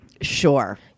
Sure